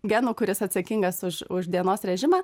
genų kuris atsakingas už už dienos režimą